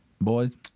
boys